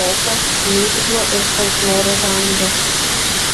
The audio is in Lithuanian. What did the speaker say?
roko miuziklo ir folkloro žanrų